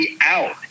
out